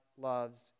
loves